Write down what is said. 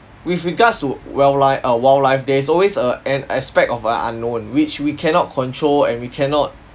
with regards to wildlife err wildlife there is always a an aspect of a unknown which we cannot control and we cannot